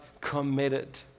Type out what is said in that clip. committed